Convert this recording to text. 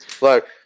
Look